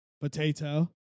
Potato